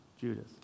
Judas